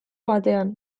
batean